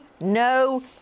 no